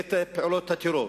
את פעולות הטרור.